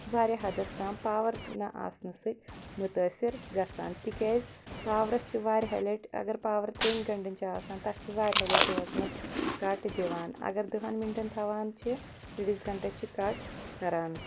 واریاہ حدس تام پاور نہ آسنہٕ سۭتۍ مُتٲثر گژھان تِکیٛازِ پاورس چھِ واریاہے لٹہِ اگر پاور تریٚنۍ گنٛٹن چھِ آسان تتھ چھِ واریاہے لٹہِ دۄہس منٛز کٹ دِوان اگر دہن مِنٹن تھاوان چھِ أڈِس گنٛٹس چھِ کٹ کران